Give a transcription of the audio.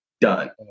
Done